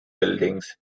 buildings